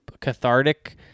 cathartic